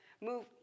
Move